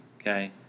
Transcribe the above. okay